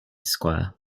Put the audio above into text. square